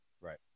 right